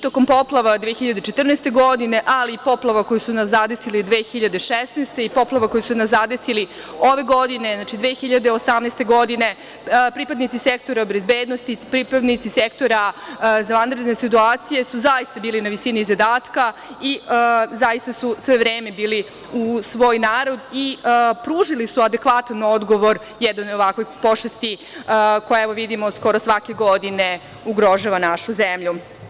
Tokom poplava 2014. godine, ali i poplava koje su nas zadesili 2016. godine i poplava koje su nas zadesile ove godine, znači 2018. godine, pripadnici sektora bezbednosti, pripadnici Sektora za vanredne situacije su zaista bili na visini zadatka i sve vreme su bili uz svoj narod i pružili su adekvatan odgovor jednom ovakvoj pošasti koja evo vidimo skoro svake godine ugrožava našu zemlju.